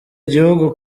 gihugu